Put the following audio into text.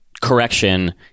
correction